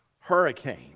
hurricane